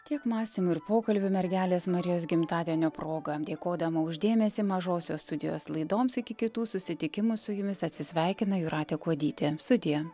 tiek mąstymų ir pokalbių mergelės marijos gimtadienio proga dėkodama už dėmesį mažosios studijos laidoms iki kitų susitikimų su jumis atsisveikina jūratė kuodytė sudie